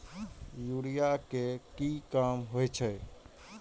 Urea के की काम होई छै?